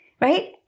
Right